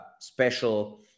special